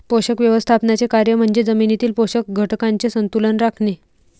पोषक व्यवस्थापनाचे कार्य म्हणजे जमिनीतील पोषक घटकांचे संतुलन राखणे